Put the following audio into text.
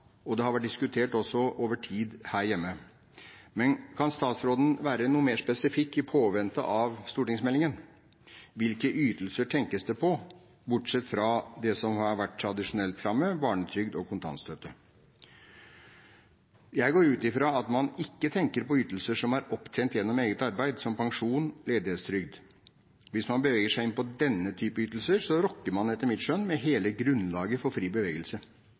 også over tid vært diskutert her hjemme. Kan statsråden være noe mer spesifikk, i påvente av stortingsmeldingen? Hvilke ytelser tenkes det på, bortsett fra det som tradisjonelt har vært framme – barnetrygd og kontantstøtte? Jeg går ut fra at man ikke tenker på ytelser som er opptjent gjennom eget arbeid, som pensjon og ledighetstrygd. Hvis man beveger seg inn på denne type ytelser, rokker man etter mitt skjønn ved hele grunnlaget for fri bevegelse.